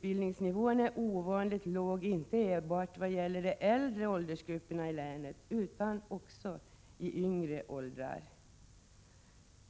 Den är ovanligt låg, inte enbart inom de äldre åldersgrupperna i länet utan även i yngre åldrar.